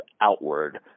outward